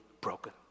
broken